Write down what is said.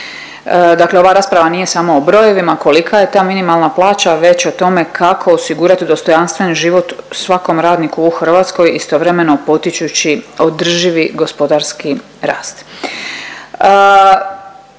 Dakle, ova rasprava nije samo o brojevima kolika je ta minimalna plaća već o tome kako osigurati dostojanstven život svakom radniku u Hrvatskoj istovremeno potičući održivi gospodarski rast.